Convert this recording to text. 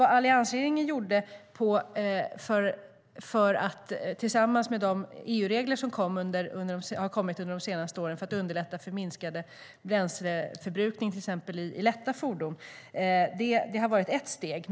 Vad alliansregeringen gjorde, tillsammans med de EU-regler som har kommit under de senaste åren, för att underlätta för minskad bränsleförbrukning till exempel i lätta fordon, har varit ett steg.